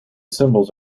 symbols